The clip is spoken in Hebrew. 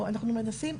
אנחנו מנסים,